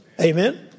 Amen